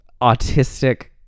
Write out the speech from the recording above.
autistic